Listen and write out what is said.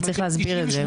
אבל צריך להסביר את זה.